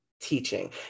teaching